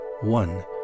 one